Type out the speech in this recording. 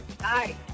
Hi